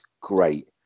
great